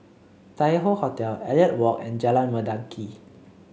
Tai Hoe Hotel Elliot Walk and Jalan Mendaki